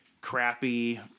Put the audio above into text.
crappy